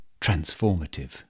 Transformative